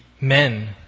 men